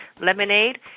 lemonade